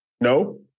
No